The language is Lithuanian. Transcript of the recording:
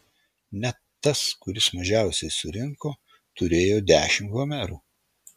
net tas kuris mažiausiai surinko turėjo dešimt homerų